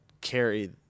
carry